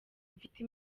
mfite